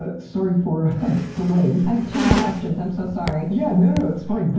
ah sorry for delaying. i have too many questions, i'm so sorry. yeah, no, no, it's fine.